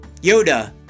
Yoda